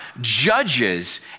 judges